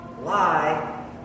lie